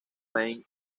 payne